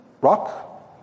Rock